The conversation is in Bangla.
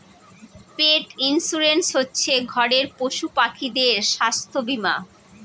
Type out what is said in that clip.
পেট ইন্সুরেন্স হচ্ছে ঘরের পশুপাখিদের স্বাস্থ্য বীমা